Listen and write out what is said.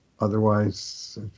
otherwise